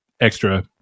extra